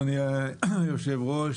אדוני היושב-ראש,